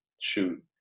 shoot